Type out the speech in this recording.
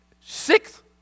Six